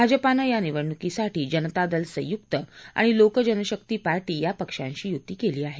भाजपानं या निवडणुकीसाठी जनता दल संयुक्त आणि लोकजनशक्ती पार्टी या पक्षांशी युती केली आहे